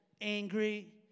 angry